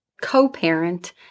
co-parent